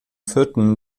vierten